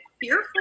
fearful